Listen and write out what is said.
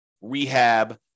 rehab